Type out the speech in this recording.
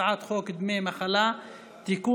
הצעת חוק דמי מחלה (תיקון,